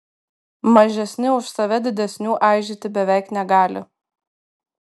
mažesni už save didesnių aižyti beveik negali